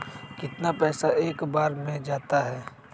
कितना पैसा एक बार में जाता है?